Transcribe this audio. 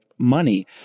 money